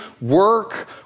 work